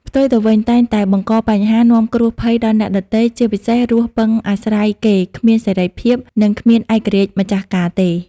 ផ្ទុយទៅវិញតែងតែបង្កបញ្ហា នាំគ្រោះភ័យដល់អ្នកដទៃ ជាមនុស្សរស់ពឹងអាស្រ័យគេ គ្មានសេរីភាព និងគ្មានឯករាជ្យម្ចាស់ការទេ ។